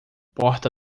porta